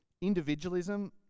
individualism